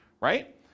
Right